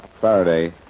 Faraday